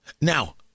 Now